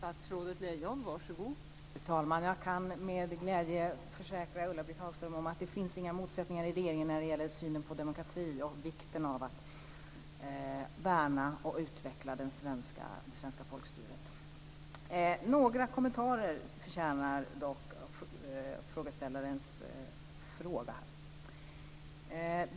Fru talman! Jag kan med glädje försäkra Ulla Britt Hagström om att det inte finns några motsättningar i regeringen när det gäller synen på demokrati och vikten av att värna och utveckla det svenska folkstyret. Frågan förtjänar dock några kommentarer.